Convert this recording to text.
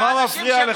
מה מפריע לך?